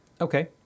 Okay